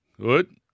Good